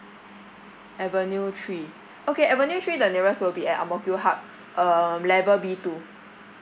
avenue three okay avenue three the nearest will be at ang mo kio hub um level B two